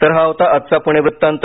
तर हा होता आजचा पुणे वृत्तांत